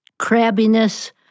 crabbiness